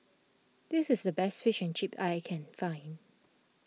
this is the best Fish and Chips that I can find